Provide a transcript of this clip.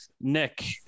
Nick